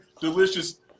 delicious